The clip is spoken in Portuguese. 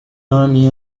ame